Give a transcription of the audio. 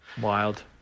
wild